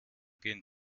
gehen